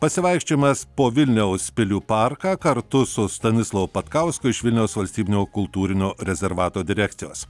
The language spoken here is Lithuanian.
pasivaikščiojimas po vilniaus pilių parką kartu su stanislovo patkausko iš vilniaus valstybinio kultūrinio rezervato direkcijos